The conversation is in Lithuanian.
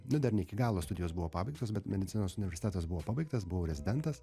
nu dar ne iki galo studijos buvo pabaigtos bet medicinos universitetas buvo pabaigtas buvau rezidentas